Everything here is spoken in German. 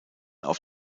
auf